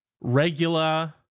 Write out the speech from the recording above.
Regular